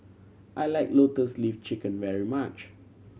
I like Lotus Leaf Chicken very much